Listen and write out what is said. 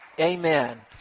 amen